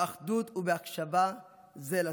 באחדות ובהקשבה זה לזה.